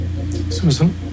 susan